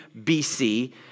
BC